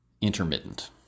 intermittent